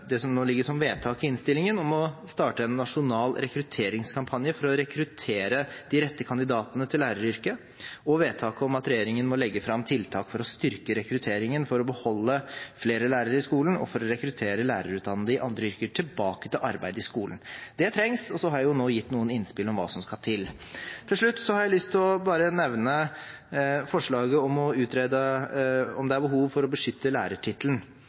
det som nå ligger som forslag til vedtak i innstillingen, om å starte en nasjonal rekrutteringskampanje for å rekruttere de rette kandidatene til læreryrket, og forslaget om at regjeringen må legge fram tiltak for å styrke rekrutteringen for å beholde flere lærere i skolen og for å rekruttere lærere i andre yrker tilbake til arbeidet i skolen. Det trengs, og jeg har nå gitt noen innspill om hva som skal til. Til slutt har jeg lyst til å nevne forslaget om å utrede om det er behov for å beskytte lærertittelen.